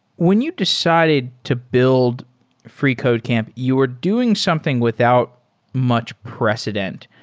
when you decided to build freecodecamp, you're doing something without much precedent,